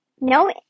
no